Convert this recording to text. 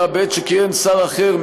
אלא בעת שכיהן שר אחר,